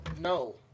No